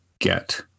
get